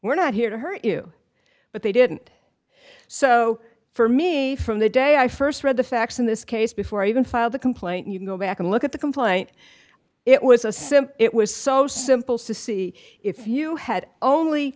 we're not here to hurt you but they didn't so for me from the day i st read the facts in this case before i even filed the complaint you can go back and look at the complaint it was a sim it was so simple so see if you had only